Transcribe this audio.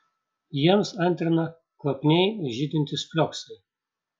jiems antrina kvapniai žydintys flioksai